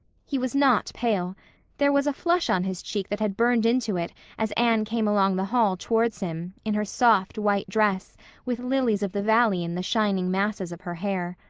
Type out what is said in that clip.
he was not pale there was a flush on his cheek that had burned into it as anne came along the hall towards him, in her soft, white dress with lilies-of-the-valley in the shining masses of her hair.